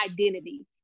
identity